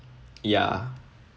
ya